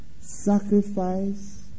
Sacrifice